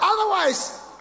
Otherwise